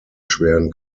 schweren